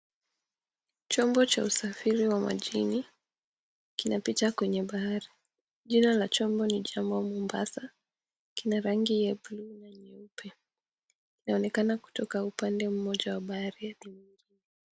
Chombo cha usafiri wa majini kinapita kwenye bahari. Jina la chombo ni, "Jambo Mombasa." Kuna rangi ya bluu na nyeupe, inaonekana kutoka upande mmoja wa bahari hadi mwingine.